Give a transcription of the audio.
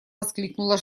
воскликнула